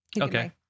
Okay